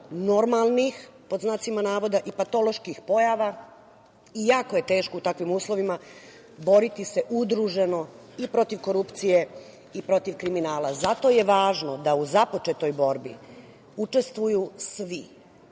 normalnih, pod znacima navoda, i patoloških pojava i jako je teško u takvim uslovima boriti se udruženo i protiv korupcije i protiv kriminala. Zato je važno da u započetoj borbi učestvuju svi,